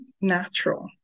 natural